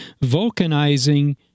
vulcanizing